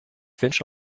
wünsche